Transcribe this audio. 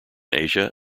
asia